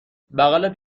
بغل